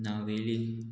Navelim